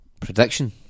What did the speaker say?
Prediction